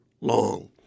long